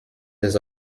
des